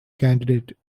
candidate